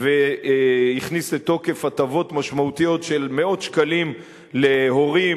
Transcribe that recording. והכניס לתוקף הטבות משמעותיות של מאות שקלים להורים,